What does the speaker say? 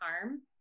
harm